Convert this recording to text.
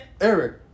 Eric